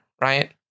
right